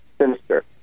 sinister